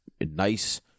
nice